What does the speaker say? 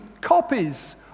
copies